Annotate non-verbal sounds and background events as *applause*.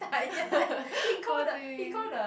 *laughs* poor thing